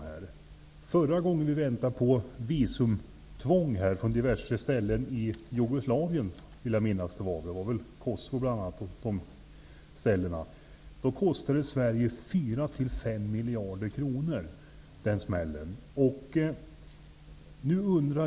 Vid ett annat tillfälle, när vi väntade på att visumtvång skulle införas för folk från diverse ställen i Jugoslaven -- bl.a. från Kosovo vill jag minnas -- kostade det Sverige 4--5 miljarder kronor.